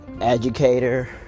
educator